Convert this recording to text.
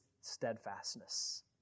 steadfastness